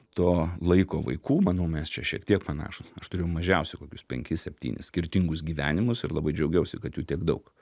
to laiko vaikų manau mes čia šiek tiek panašūs aš turėjau mažiausiai kokius penkis septynis skirtingus gyvenimus ir labai džiaugiausi kad jų tiek daug